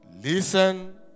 Listen